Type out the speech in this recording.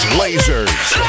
lasers